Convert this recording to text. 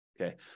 Okay